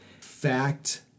Fact